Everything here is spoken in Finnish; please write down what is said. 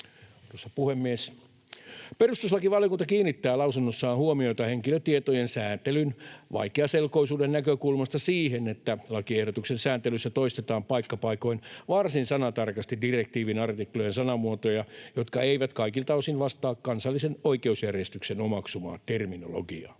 Perustuslakivaliokunta kiinnittää lausunnossaan huomiota henkilötietojen sääntelyn vaikeaselkoisuuden näkökulmasta siihen, että lakiehdotuksen sääntelyssä toistetaan paikka paikoin varsin sanatarkasti direktiivin artiklojen sanamuotoja, jotka eivät kaikilta osin vastaa kansallisen oikeusjärjestyksen omaksumaa terminologiaa.